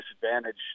disadvantage